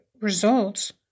results